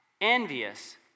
envious